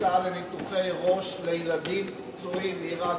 כניסה לניתוחי ראש לילדים פצועים עירקים.